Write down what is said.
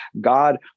God